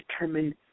determine